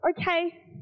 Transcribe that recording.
okay